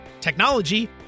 technology